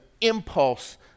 impulse